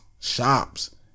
shops